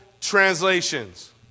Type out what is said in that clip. translations